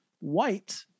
white